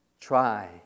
Try